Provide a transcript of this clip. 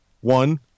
one